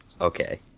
Okay